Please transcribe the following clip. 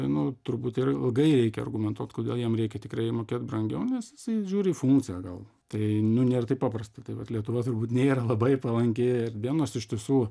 nu turbūt ilgai reikia argumentuot kodėl jam reikia tikrai mokėt brangiau nes jisai žiūri į funkciją tai nu nėra taip paprasta tai vat lietuva turbūt nėra labai palanki erdvė nors iš tiesų